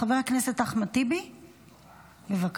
חבר הכנסת אחמד טיבי, בבקשה.